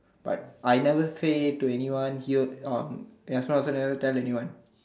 but I never say to anyone here um I also never tell anyone